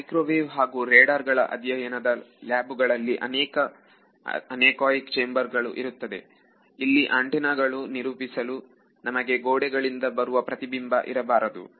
microwave ಹಾಗೂ radar ಗಳ ಅಧ್ಯಯನದ ಲ್ಯಾಬುಗಳಲ್ಲಿ ಅನೇಕ ಚೇಂಬರ್ ಗಳು ಇರುತ್ತವೆ ಇಲ್ಲಿ ಆಂಟೆನಾ ಗಳನ್ನು ನಿರೂಪಿಸಲು ನಮಗೆ ಗೋಡೆಗಳಿಂದ ಬರುವ ಪ್ರತಿಬಿಂಬ ಇರಬಾರದು